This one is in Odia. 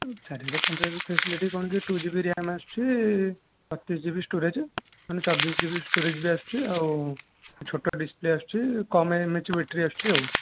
ଚାରିହଜାର ପାଞ୍ଚହଜାର ଫ୍ୟାସିଲିଟି କ'ଣ କି ଟୁ ଜି ବି ରାମ ଆସୁଛି ବତିଶ ଜି ବି ଷ୍ଟୋରେଜେ ମାନେ ଚବିଶ ଜି ବି ଷ୍ଟୋରେଜେ ବି ଆସୁଛି ଆଉ ଛୋଟ ଡ଼ିସପ୍ଲେ ଆସୁଛି କମ୍ ଏମ ଏଚ ବେଟ୍ରି ଆସୁଛି ଆଉ